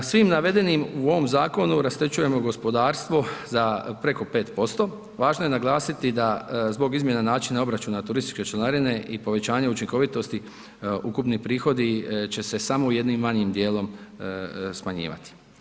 Svim navedenim u ovom zakonu rasterećujemo gospodarstvo za preko 5%, važno je naglasiti da zbog izmjene načina obračuna turističke članarine i o povećanja učinkovitosti ukupni prihodi će se samo u jednim manjim dijelom smanjivati.